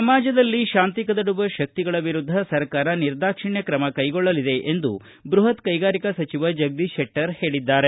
ಸಮಾಜದಲ್ಲಿ ಶಾಂತಿ ಕದಡುವ ಶಕ್ತಿಗಳ ವಿರುದ್ಧ ಸರ್ಕಾರ ನಿರ್ದಾಕ್ಷಿಣ್ಯ ಕ್ರಮ ಕೈಗೊಳ್ಳಲಿದೆ ಎಂದು ಬೃಹತ್ ಕೈಗಾರಿಕಾ ಸಚಿವ ಜಗದೀಶ ಶೆಟ್ವರ್ ಹೇಳಿದ್ದಾರೆ